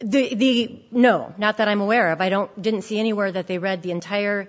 the no not that i'm aware of i don't didn't see anywhere that they read the entire